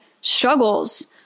struggles